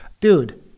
Dude